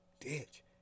ditch